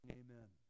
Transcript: amen